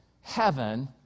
heaven